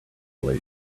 lake